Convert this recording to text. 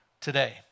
today